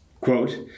quote